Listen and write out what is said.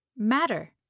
matter